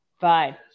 Fine